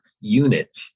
unit